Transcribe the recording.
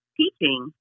teaching